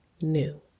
new